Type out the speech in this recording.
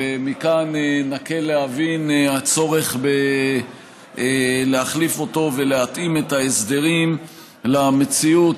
ומכאן נקל להבין את הצורך להחליף אותו ולהתאים את ההסדרים למציאות